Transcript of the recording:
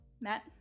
Matt